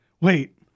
Wait